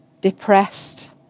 depressed